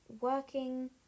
working